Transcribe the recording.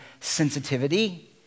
sensitivity